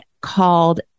called